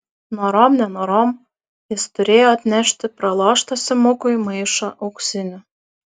norom nenorom jis turėjo atnešti praloštą simukui maišą auksinių